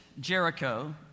Jericho